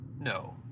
No